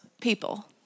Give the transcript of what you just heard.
people